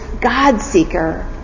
God-seeker